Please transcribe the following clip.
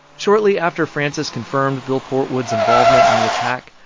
shortly after frances confirmed bill portwood's involvement in the attack,